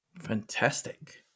Fantastic